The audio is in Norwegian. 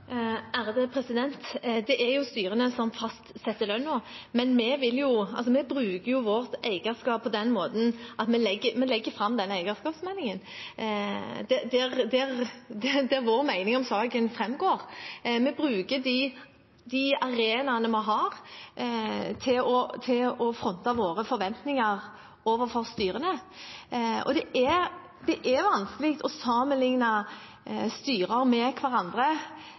Det er jo styrene som fastsetter lønna, men vi bruker vårt eierskap på den måten at vi legger fram eierskapsmeldingen der vår mening om saken framgår. Vi bruker de arenaene vi har, til å fronte våre forventninger overfor styrene. Det er vanskelig å sammenlikne styrer med hverandre.